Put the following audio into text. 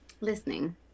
Listening